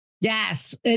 Yes